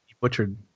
butchered